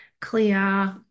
clear